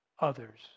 Others